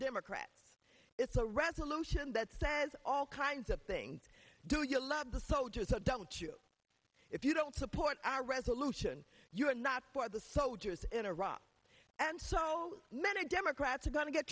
democrats it's a resolution that says all kinds of things do you love the soldiers of don't you if you don't support our resolution you are not for the soldiers in iraq and so many democrats are go